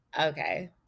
okay